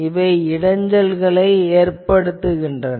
இவை இடைஞ்சலை ஏற்படுத்துகின்றன